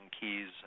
keys